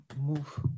Move